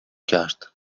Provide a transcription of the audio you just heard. کرد